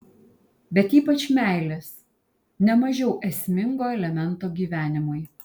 bet ypač meilės ne mažiau esmingo elemento gyvenimui